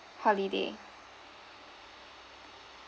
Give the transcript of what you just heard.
holiday